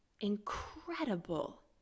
incredible